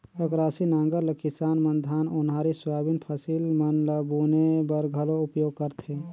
अकरासी नांगर ल किसान मन धान, ओन्हारी, सोयाबीन फसिल मन ल बुने बर घलो उपियोग करथे